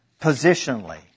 positionally